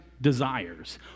desires